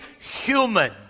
human